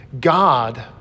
God